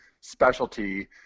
specialty